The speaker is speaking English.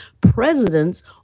presidents